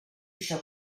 això